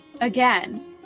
again